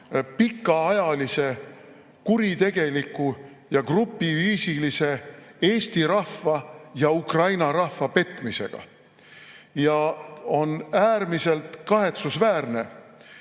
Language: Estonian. pikaajalise kuritegeliku grupiviisilise Eesti rahva ja Ukraina rahva petmisega. On äärmiselt kahetsusväärne,